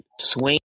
swing